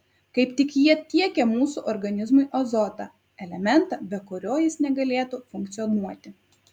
kaip tik jie tiekia mūsų organizmui azotą elementą be kurio jis negalėtų funkcionuoti